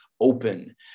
open